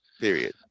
Period